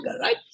right